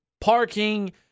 Parking